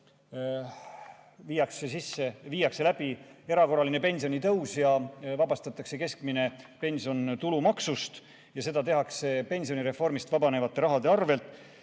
viiakse läbi erakorraline pensionitõus ja vabastatakse keskmine pension tulumaksust ning seda tehakse pensionireformist vabanevate rahadega.